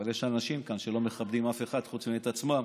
אבל יש אנשים כאן שלא מכבדים אף אחד חוץ מאת עצמם.